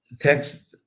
text